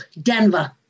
Denver